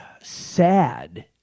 Sad